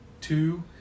two